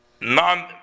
non